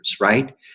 right